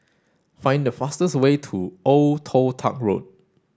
find the fastest way to Old Toh Tuck Road